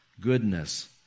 goodness